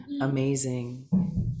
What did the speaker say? Amazing